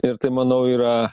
ir tai manau yra